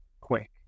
quick